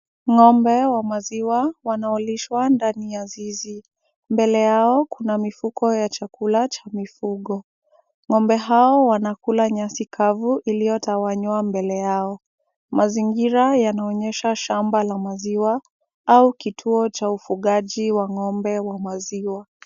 Ng'ombe wa maziwa wanaolishwa ndani ya zizi. Mbele yao kuna mifuko ya chakula cha mifugo. Ng'ombe hao wanakula nyasi kavu iliyotawanywa mbele yao. Mazingira yanaonyesha shamba la maziwa, au kituo cha ufugaji wa ng'ombe wa maziwa.